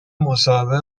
مصاحبه